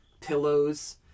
pillows